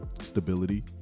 stability